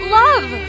love